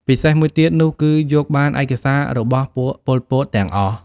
ពិសេសមួយទៀតនោះគឺយកបានឯកសាររបស់ពួកប៉ុលពតទាំងអស់។